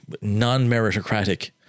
non-meritocratic